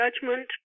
judgment